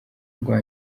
rwa